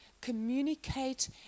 communicate